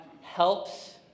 helps